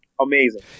amazing